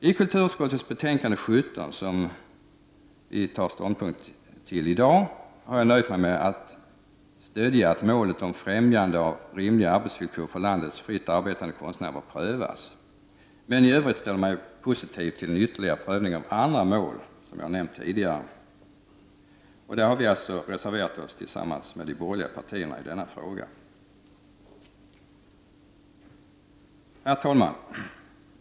I kulturutskottets betänkande 17, som vi skall ta ställning till i dag, har jag nöjt mig med att stödja åsikten att målet om främjandet av rimliga arbetsvillkor för landets fritt arbetande konstnärer prövas, men i övrigt ställer jag mig positiv till en ytterligare prövning av andra mål, som jag nämnt tidigare. Vi har reserverat oss tillsammans med de borgerliga partierna i denna fråga. Herr talman!